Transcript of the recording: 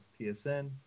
PSN